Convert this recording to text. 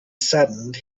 saddened